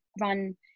run